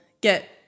get